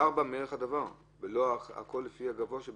ארבעה מערך הדבר" ו"הכול לפי הקנס הגבוה שבהם".